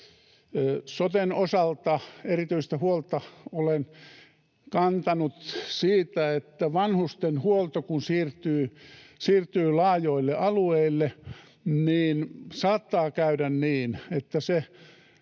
Soten osalta erityistä huolta olen kantanut siitä, että vanhustenhuolto kun siirtyy laajoille alueille, niin saattaa käydä niin, että se